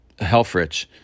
Helfrich